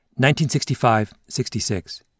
1965-66